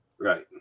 right